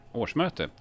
årsmöte